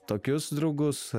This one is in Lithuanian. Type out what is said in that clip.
tokius draugus